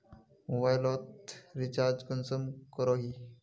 Mobile लोत recharge कुंसम करोही?